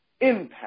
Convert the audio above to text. impact